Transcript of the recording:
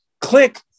click